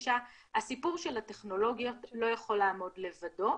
הסיפור של הטכנולוגיות לא יכול לעמוד לבדו,